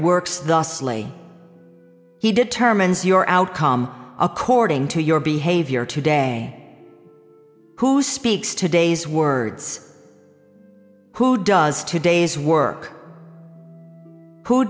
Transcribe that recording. thusly he determines your outcome according to your behavior today who speaks today's words who does today's work who